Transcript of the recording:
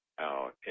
out